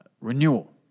renewal